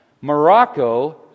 Morocco